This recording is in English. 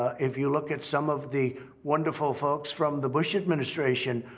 ah if you look at some of the wonderful folks from the bush administration,